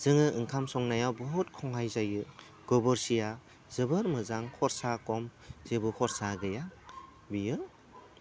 जोङो ओंखाम संनायाव बुहुद सहाय जायो गोबोरखिया जोबोद मोजां खरसा खम जेबो खरसा गैया बियो